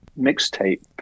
mixtape